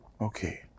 Okay